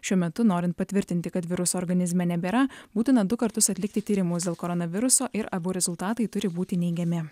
šiuo metu norint patvirtinti kad viruso organizme nebėra būtina du kartus atlikti tyrimus dėl koronaviruso ir abu rezultatai turi būti neigiami